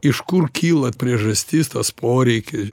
iš kur kyla priežastis tas poreiki